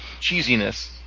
cheesiness